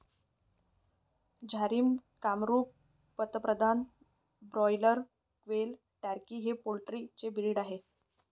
Jharsim, Kamrup, Pratapdhan, broiler, quail, turkey हे poultry चे breed आहेत